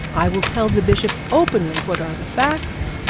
i will tell the bishop openly what are the facts.